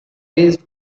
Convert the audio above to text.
raised